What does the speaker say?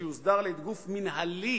שיוסדר על-ידי גוף מינהלי